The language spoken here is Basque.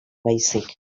baizik